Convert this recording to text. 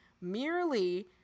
merely